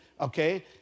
okay